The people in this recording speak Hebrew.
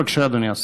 בבקשה, אדוני השר.